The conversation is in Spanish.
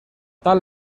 tal